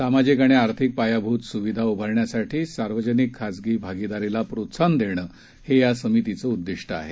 सामाजिक आणि आर्थिक पायाभूत सुविधा उभारण्यासाठी सार्वजनिक खाजगी भागीदारीला प्रोत्साहन देणं हे या समितीचं उद्दिष्ट आहे